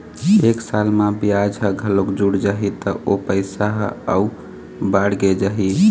एक साल म बियाज ह घलोक जुड़ जाही त ओ पइसा ह अउ बाड़गे जाही